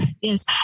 Yes